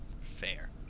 Fair